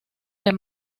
del